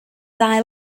ddau